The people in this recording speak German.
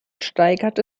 steigerte